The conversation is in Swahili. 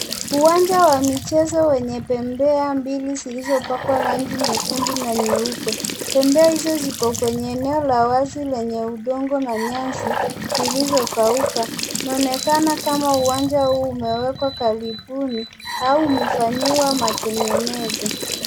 Uwanja wa michezo wenye pembea mbili zilizopakwa rangi nyekundu na nyeupe. Pembea hizo ziko kwenye eneo la wazi lenye udongo na nyansi zilizokauka. Unaonekana kama uwanja huu umewekwa karibuni au umefanyiwa matengenezo.